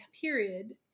period